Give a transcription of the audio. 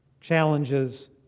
challenges